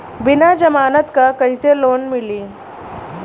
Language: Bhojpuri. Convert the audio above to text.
बिना जमानत क कइसे लोन मिली?